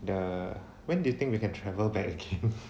the when do you think we can travel back again